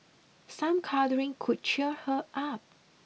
some cuddling could cheer her up